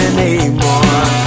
Anymore